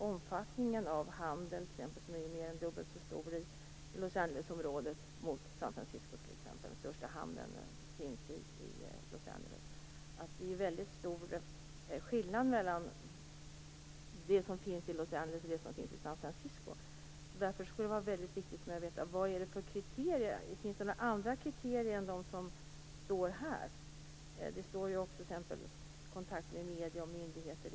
Omfattningen av exempelvis handel är dubbelt så stor i Los Angeles-området som i San Fransisco - den största hamnen finns i Los Angeles. Det är alltså väldigt stor skillnad mellan det som finns i Los Angeles och det som finns i San Fransisco. Därför skulle det vara viktigt för mig att få veta om det finns andra kriterier än de som gavs i svaret. Där angavs t.ex. kontakter med medier och myndigheter.